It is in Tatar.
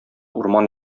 урман